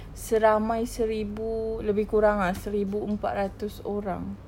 seramai seribu lebih kurang ah seribu empat ratus orang